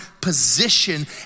position